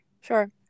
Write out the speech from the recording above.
sure